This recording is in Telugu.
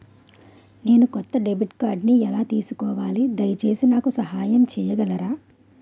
నేను కొత్త డెబిట్ కార్డ్ని ఎలా తీసుకోవాలి, దయచేసి నాకు సహాయం చేయగలరా?